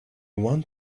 want